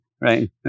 right